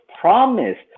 promised